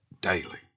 Daily